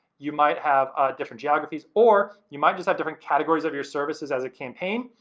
you might have different geographies. or, you might just have different categories of your services as a campaign.